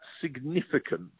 significant